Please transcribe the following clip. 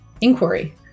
inquiry